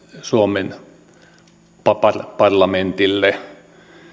suomen parlamentille